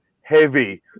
heavy